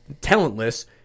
talentless